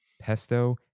pesto